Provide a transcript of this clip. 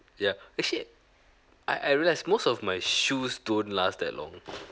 ya actually I I realised most of my shoes don't last that long